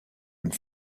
and